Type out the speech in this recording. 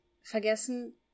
Vergessen